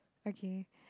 okay